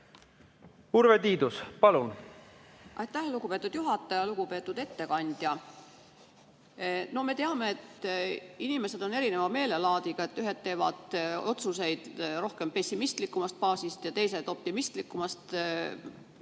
Urve Tiidus, palun! Aitäh, lugupeetud juhataja! Lugupeetud ettekandja! Me teame, et inimesed on erineva meelelaadiga, ühed teevad otsuseid rohkem pessimistlikumalt baasilt ja teised optimistlikumalt baasilt